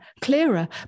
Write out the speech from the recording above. clearer